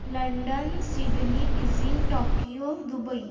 London Sydney Beijing Tokyo Dubai